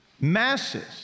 masses